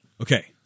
Okay